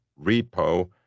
repo